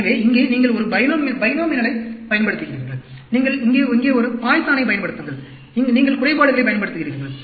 எனவே இங்கே நீங்கள் ஒரு பைனோமினலைப் பயன்படுத்துகிறீர்கள் இங்கே ஒரு பாய்சானைப் பயன்படுத்துங்கள் நீங்கள் குறைபாடுகளைப் பயன்படுத்துகிறீர்கள்